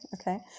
okay